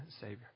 Savior